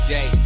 Day